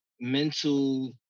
mental